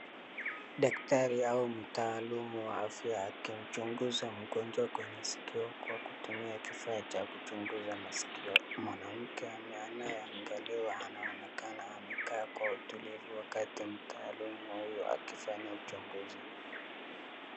Daktari au mtaalumu wa afya akimchunguza mgojnwa kwenye sikio kwa kutumia kifaa cha kuchunguza masikio, mwanamke anayeangaliwa anaonekana amekaa kwa utulivu wakati mtaalumu huyu akifanya uchunguzi.